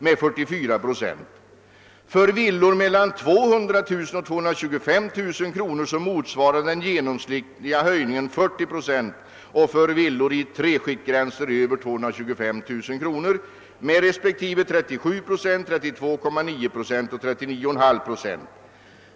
med 44,5 procent. För villor mellan 200000 och 225 000 kr. motsvarar den genomsnittliga höjningen 40 procent och för villor i tre skiktgränser över 225 000 kr. med respektive 37 procent, 32,9 procent och 39,5 procent.